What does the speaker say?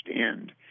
end